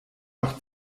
noch